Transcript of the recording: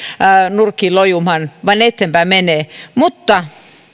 nurkkiin lojumaan vaan ne menevät eteenpäin mutta